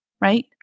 right